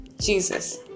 Jesus